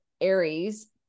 Aries